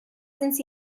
since